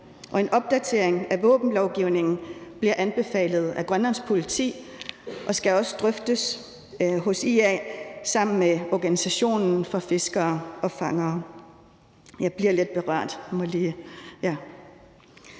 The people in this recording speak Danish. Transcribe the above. En opdatering af våbenlovgivningen bliver anbefalet af Grønlands politi og skal også drøftes hos IA sammen med organisationen for fiskere og fangere. Nu bliver jeg lidt berørt